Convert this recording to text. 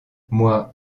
moi